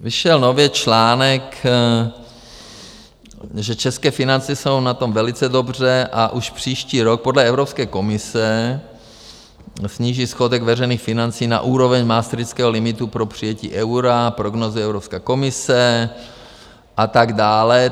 Vyšel nově článek, že české finance jsou na tom velice dobře a už příští rok podle Evropské komise sníží schodek veřejných financí na úroveň maastrichtského limitu pro přijetí eura, prognózy Evropské komise a tak dále.